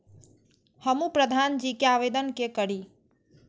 हमू प्रधान जी के आवेदन के करी?